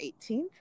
18th